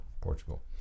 Portugal